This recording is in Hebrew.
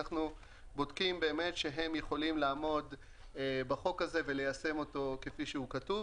אנחנו בודקים שהם יכולים לעמוד בחוק הזה וליישם אותו כפי שהוא כתוב.